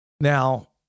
Now